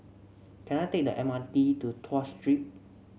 can I take the M R T to Tuas Street